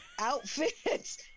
outfits